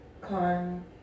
con